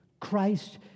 Christ